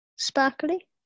Sparkly